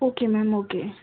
okay ma'am okay